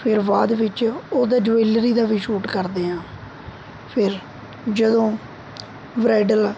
ਫਿਰ ਬਾਅਦ ਵਿੱਚ ਉਹਦਾ ਜਵੈਲਰੀ ਦਾ ਵੀ ਸ਼ੂਟ ਕਰਦੇ ਹਾਂ ਫਿਰ ਜਦੋਂ ਬ੍ਰਾਈਡਲ